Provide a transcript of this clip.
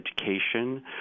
education